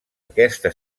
aquesta